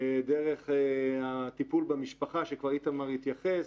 דרך הטיפול במשפחה, ואיתמר כבר התייחס,